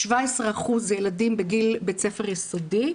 17% זה ילדים בגיל בית ספר יסודי,